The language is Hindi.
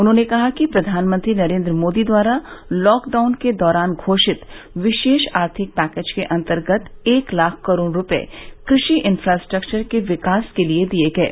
उन्होंने कहा कि प्रधानमंत्री नरेन्द्र मोदी द्वारा लॉकडाउन के दौरान घोषित विशेष आर्थिक पैकेज के अन्तर्गत एक लाख करोड़ रूपये कृषि इंफ्रास्ट्रक्वर के विकास के लिये दिये गये